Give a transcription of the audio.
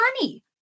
money